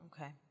Okay